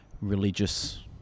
religious